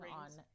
on